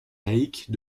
laïcs